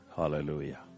Hallelujah